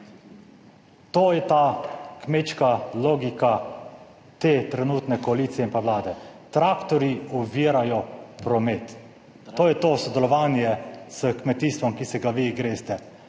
To je ta kmečka logika te trenutne koalicije in Vlade. Traktorji ovirajo promet. To je to sodelovanje s kmetijstvom, ki se ga vi greste.